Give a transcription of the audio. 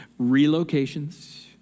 Relocations